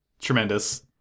Tremendous